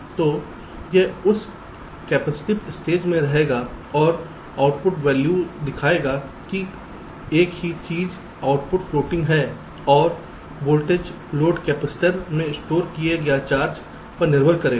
तो यह उस कैपेसिटिव स्टेज में रहेगा और आउटपुट वैल्यू दिखाएगा कि एक ही चीज आउटपुट फ्लोटिंग है और वोल्टेज लोड कैपेसिटर में स्टोर किए गए चार्ज पर निर्भर करेगा